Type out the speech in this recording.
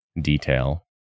detail